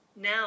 now